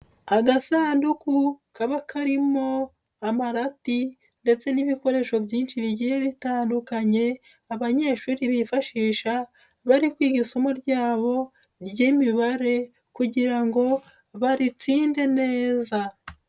Agasanduku kaba karimo amarati ndetse n'ibikoresho byinshi bigira bitandukanye, abanyeshuri bifashisha, bari kwiga isomo ryabo ry'Imibare kugira ngo baritsinde neza.